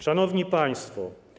Szanowni Państwo!